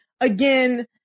again